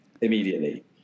immediately